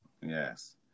Yes